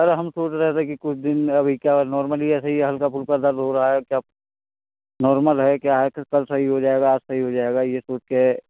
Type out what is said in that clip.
sir हम सोच रहे थे कि कुछ दिन अभी क्या नॉर्मली ऐसे ही हल्का फुल्का दर्द हो रहा है क्या नॉर्मल है क्या है कल सही हो जाएगा आज सही हो जाएगा यह सोचकर